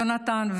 יונתן,